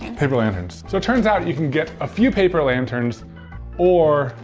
paper lanterns. so it turns out you can get a few paper lanterns or.